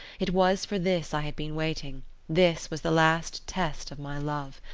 it was for this i had been waiting this was the last test of my love.